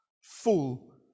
full